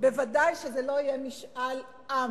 ודאי שזה לא יהיה משאל עם.